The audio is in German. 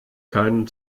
keinen